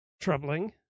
troubling